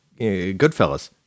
Goodfellas